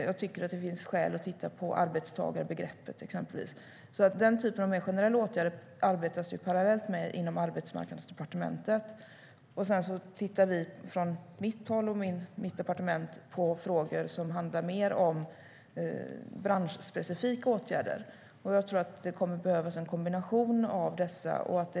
Jag tycker också att det finns skäl att titta på arbetstagarbegreppet. Den typen av mer generella åtgärder arbetas det parallellt med inom Arbetsmarknadsdepartementet. På mitt departement tittar vi mer på frågor som handlar om branschspecifika åtgärder. Jag tror att det kommer att behövas en kombination av dessa.